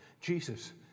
jesus